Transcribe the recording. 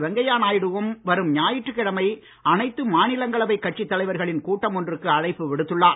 வெங்கையா நாயுடு வும் வரும் ஞாயிற்றுக்கிழமை அனைத்து மாநிலங்களவைக் கட்சித் தலைவர்களின் கூட்டம் ஒன்றுக்கு அழைப்பு விடுத்துள்ளார்